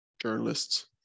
journalists